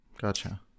Gotcha